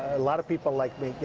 a lot of people like me.